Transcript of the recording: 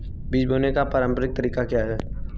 बीज बोने का पारंपरिक तरीका क्या है?